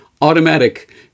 automatic